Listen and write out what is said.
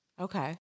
Okay